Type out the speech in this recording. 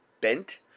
bent